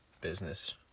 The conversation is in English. business